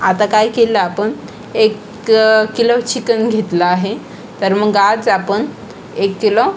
आता काय केलं आपण एक किलो चिकन घेतलं आहे तर मग आज आपण एक किलो